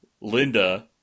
Linda